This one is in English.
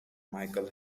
michael